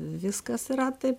viskas yra tai